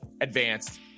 advanced